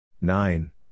Nine